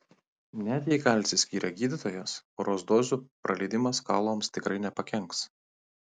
net jei kalcį skyrė gydytojas poros dozių praleidimas kaulams tikrai nepakenks